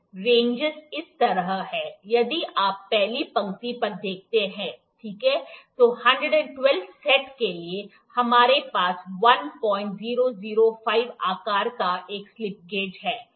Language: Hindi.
रेंजस इस तरह हैं यदि आप पहली पंक्ति पर देखते हैं ठीक है तो 112 सेट के लिए हमारे पास 1005 आकार का एक स्लिप गेज है